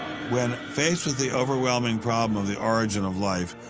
when faced with the overwhelming problem of the origin of life,